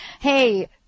hey